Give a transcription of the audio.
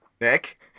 Nick